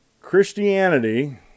Christianity